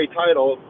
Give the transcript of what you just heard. title